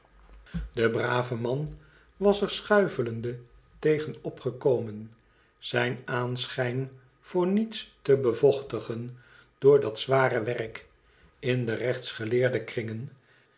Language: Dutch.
de brave man was er schuifelende tegen opgekomen zijn aanschijn voor niets te bevochtigen door dat zware werk in de rechtsgeleerde kringen